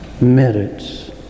merits